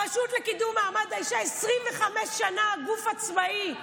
הרשות לקידום מעמד האישה היא 25 שנה גוף עצמאי.